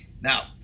Now